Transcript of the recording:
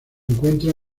encuentra